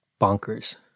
bonkers